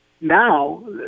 now